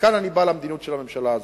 וכאן אני מגיע למדיניות של הממשלה הזאת.